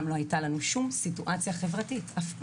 לא היתה לנו שום סיטואציה חברתית - אף פעם.